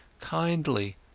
kindly